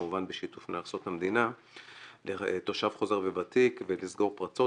כמובן בשיתוף מינהל הכנסות המדינה לתושב חוזר וותיק ולסגור פרצות.